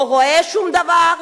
לא רואה שום דבר,